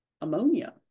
ammonia